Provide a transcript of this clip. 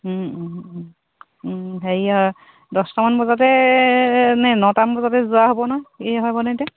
হেৰি দহটামান বজাতে নে নটামান বজাতে যোৱা হ'ব নহয় কি হ'বনে এতিয়া